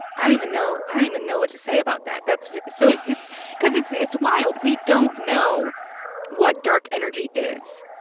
i don't even know i don't even know what to say about that. that's so cause it's it's wild. we don't know what dark energy is,